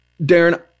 Darren